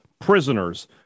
prisoners –